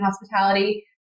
hospitality